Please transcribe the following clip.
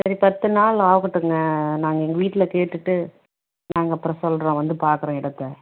சரி பத்துநாள் ஆகட்டுங்க நாங்கள் எங்கள் வீட்டில் கேட்டுவிட்டு நாங்கள் அப்புறோம் சொல்கிறோம் வந்து பார்க்குறோம் இடத்தை